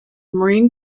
marine